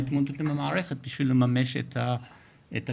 ההתמודדות עם המערכת בשביל לממש את הסיוע.